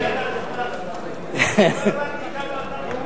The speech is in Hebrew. גפני, הצעה טובה, לא הבנתי כמה טובה,